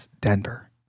Denver